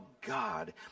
God